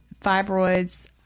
fibroids